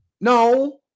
no